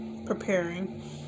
preparing